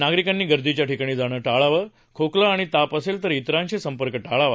नागरिकांनी गर्दीच्या ठिकाणी जाणं टाळावं खोकला आणि ताप असेल तर इतरांशी संपर्क टाळावा